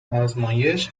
آزمایش